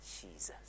Jesus